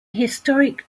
historic